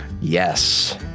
Yes